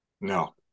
No